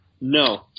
No